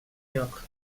lloc